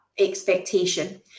Expectation